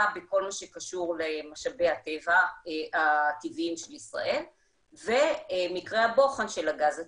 בכל מה שקשור במשאבי הטבע הטבעיים של ישראל ומקרה הבוחן של הגז הטבעי.